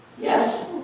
yes